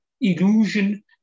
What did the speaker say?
illusion